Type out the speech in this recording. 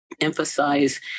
emphasize